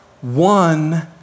one